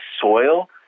soil